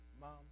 mom